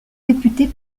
réputée